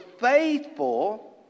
faithful